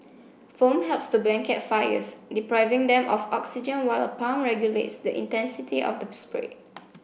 foam helps to blanket fires depriving them of oxygen while a pump regulates the intensity of the spray